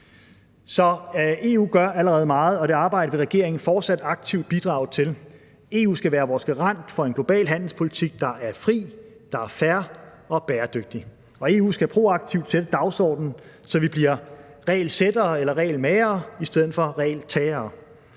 Så EU gør allerede meget, og det arbejde vil regeringen fortsat aktivt bidrage til. EU skal være vores garant for en global handelspolitik, der er fri, der er fair og bæredygtig. Og EU skal proaktivt sætte dagsordenen, så vi bliver regelsættere eller regelmagere i stedet for regeltagere.